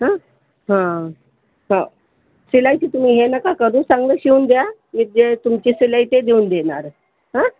हा हा हाे शिलाईची तुम्ही हे नका करू चांगलं शिवून द्या मी जे तुमची शिलाई ते देऊन देणार आहे हा